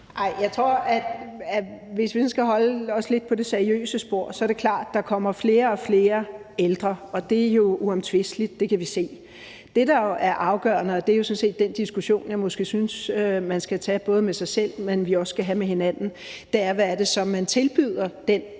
jeg tror, at det, hvis vi sådan skal holde os lidt på det seriøse spor, så er klart, at der kommer flere og flere ældre, og det er jo uomtvisteligt; det kan vi se. Det, der jo er afgørende – og det er måske den diskussion, som jeg synes man skal tage både med sig selv, men som vi også skal have med hinanden – er så, hvad det er, man tilbyder den